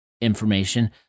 information